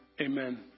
Amen